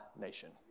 nation